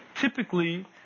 Typically